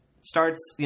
starts